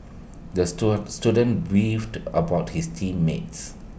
the stone student beefed about his team mates